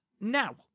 Now